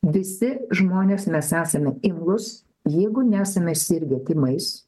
visi žmonės mes esame imlūs jeigu nesame sirgę tymais